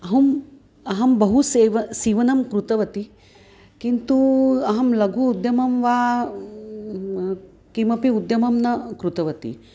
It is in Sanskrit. अहम् अहं बहु सीवनं सीवनं कृतवती किन्तु अहं लघु उद्यमं वा किमपि उद्यमं न कृतवती